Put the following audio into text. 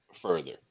further